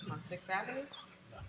sixth avenue?